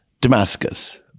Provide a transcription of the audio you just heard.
Damascus